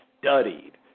studied